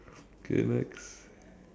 okay next